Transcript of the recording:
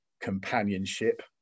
companionship